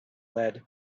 lead